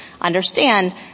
understand